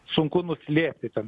sunku nuslėpti ten